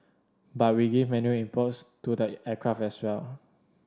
but we give manual inputs to the aircraft as well